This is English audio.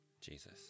Jesus